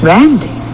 Randy